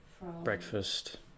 breakfast